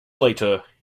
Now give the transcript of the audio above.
later